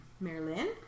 Marilyn